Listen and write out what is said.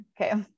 okay